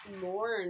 mourn